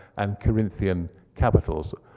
and corinthian capitals.